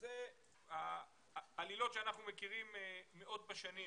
ואלה העלילות שאנחנו מכירים מאות בשני.